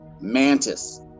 Mantis